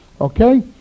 okay